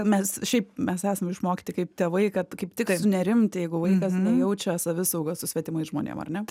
mes šiaip mes esam išmokyti kaip tėvai kad kaip tik sunerimti jeigu vaikas nejaučia savisaugos su svetimais žmonėm ar ne